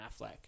Affleck